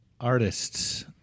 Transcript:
Artists